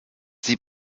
sie